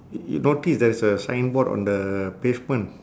y~ you notice there's a signboard on the pavement